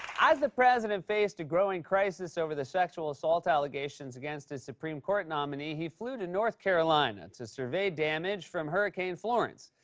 as the president faced a growing crisis over the sexual-assault allegations against his supreme court nominee, he flew to north carolina to survey damage from hurricane florence.